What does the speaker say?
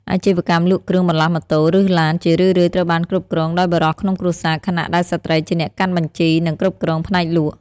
អាជីវកម្មលក់គ្រឿងបន្លាស់ម៉ូតូ ឬឡានជារឿយៗត្រូវបានគ្រប់គ្រងដោយបុរសក្នុងគ្រួសារ ខណៈដែលស្ត្រីជាអ្នកកាន់បញ្ជី និងគ្រប់គ្រងផ្នែកលក់។